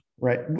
right